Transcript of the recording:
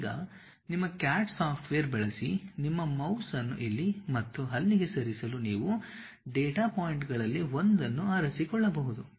ಈಗ ನಿಮ್ಮ CAD software ಬಳಸಿ ನಿಮ್ಮ ಮೌಸ್ ಅನ್ನು ಇಲ್ಲಿ ಮತ್ತು ಅಲ್ಲಿಗೆ ಸರಿಸಲು ನೀವು ಡೇಟಾ ಪಾಯಿಂಟ್ಗಳಲ್ಲಿ ಒಂದನ್ನು ಆರಿಸಿಕೊಳ್ಳಬಹುದು